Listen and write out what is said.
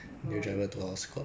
oh my god